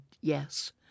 yes